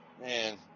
Man